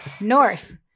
North